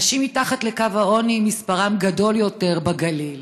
אנשים מתחת לקו העוני, מספרם גדול יותר בגליל,